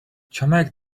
чамайг